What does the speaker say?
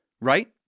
right